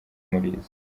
umurizo